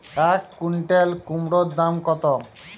এক কুইন্টাল কুমোড় দাম কত?